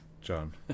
John